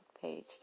page